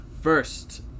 First